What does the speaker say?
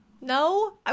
no